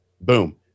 Boom